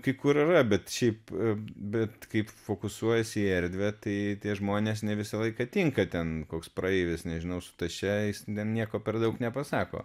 kai kur yra bet šiaip bet kai tu fokusuojiesi į erdvę tai tie žmonės ne visą laiką tinka ten koks praeivis nežinau su taše nieko per daug nepasako